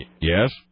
Yes